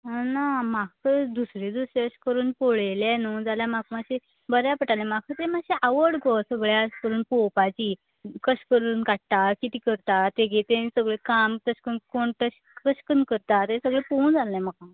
आ ना म्हाका दुसरे दुसरे करून पळयले न्हू जाल्यार म्हाका मात्शे बऱ्या पडटले म्हाका मात्शी आवड गो सगशे अशे करून पळोवपाची कशे करून काडटा किते करता तेंगे सगळे काम कशे कन्ना कोण करता ते सगळे पळोवंक जाय आसले म्हाका